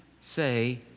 say